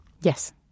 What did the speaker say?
Yes